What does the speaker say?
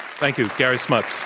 thank you, gary smuts.